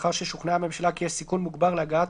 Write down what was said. ולאחר ששוכנעה הממשלה כי יש סיכון מוגבר להגעת